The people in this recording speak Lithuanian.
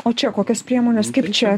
o čia kokios priemonės kaip čia